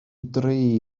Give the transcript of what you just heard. dri